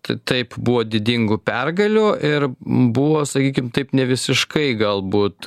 t taip buvo didingų pergalių ir m buvo sakykim taip nevisiškai galbūt